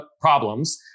problems